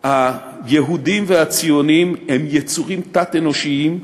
היהודים והציונים הם יצורים תת-אנושיים,